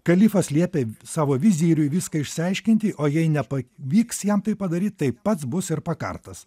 kalifas liepė savo viziriui viską išsiaiškinti o jei nepavyks jam tai padaryt tai pats bus ir pakartas